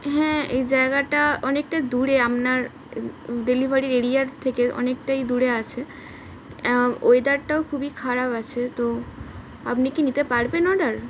হ্যাঁ এই জায়গাটা অনেকটাাই দূরে আপনার ডেলিভারির এরিয়ার থেকে অনেকটাই দূরে আছে ওয়েদারটাও খুবই খারাপ আছে তো আপনি কি নিতে পারবেন অর্ডার